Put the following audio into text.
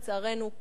לצערנו,